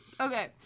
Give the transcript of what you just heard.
Okay